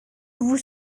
vous